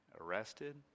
arrested